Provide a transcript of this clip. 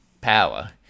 power